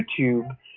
YouTube